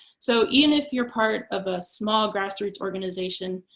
so even if you're part of a small grassroots organization,